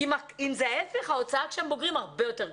אם זה ההיפך, ההוצאה כשהם בוגרים הרבה יותר גדולה.